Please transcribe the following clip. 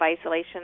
isolation